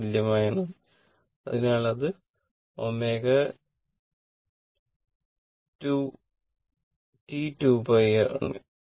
ന് തുല്യമാണ് അതിനാൽ അത് ω T 2 π ആണ്